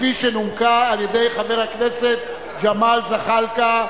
שנומקה על-ידי חבר הכנסת ג'מאל זחאלקה.